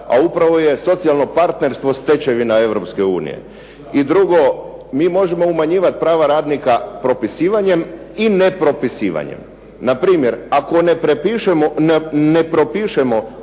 a upravo je socijalno partnerstvo stečevina Europske unije. I drugo, mi možemo umanjivat prava radnika propisivanjem i nepropisivanjem. Npr. ako propišemo